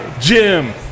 Jim